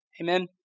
Amen